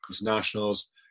internationals